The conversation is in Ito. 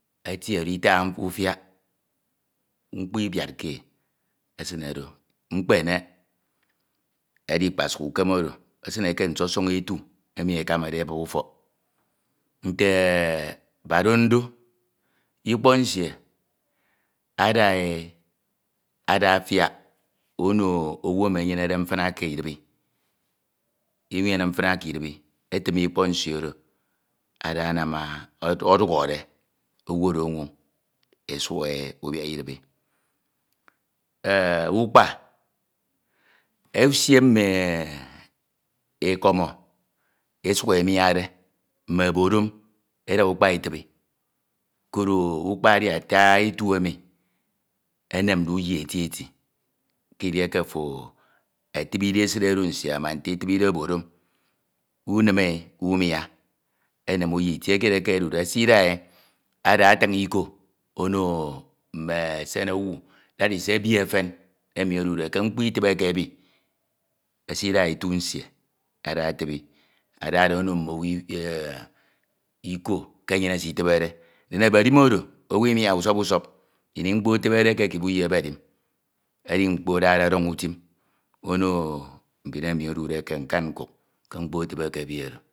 etie oro idakha ufiak mkpo ibiadke e, esine do. Mkarek kpasuk ukem oro, esine kotu nsọnsọñ ete enu ekamade ebup ufọk. Nte badondo, ikpọk nsie ada e ada afiak ono owu emi enyenede mfña ke idibi inyene mfna ke idibi, etim ikpọk nsie oro ada anam e ọdukhọde owu oro onwoñ esuk e ubiak idibi. ee Ukpa esie mmo iko̱mọ esuk emiade mme obodon eda ukpa etibi koro ukpa edi ata etu emi enemde uyi eti eti eti kidieke ofo etibide esid oro nsie ama nte etibide obodom unim e umia enem ugi, iəe kied eke odude esñda e ada atiñ iko ono mme esen owu dabise ebi mfen emi odude ke mkpo itibi adade ono mmo owu iko ke enyene sitibede. Ndin ebedim oro owu imiaha e usọp usọp ini mkpo etibide ke ekip uyi ebedim edi mkpo adade ọdọñ utim ono mbin emi odude ke nkan nkuk ke mkpo etibe ke ebi oro